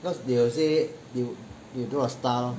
cause they will say you you do your style